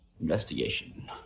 Investigation